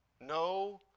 No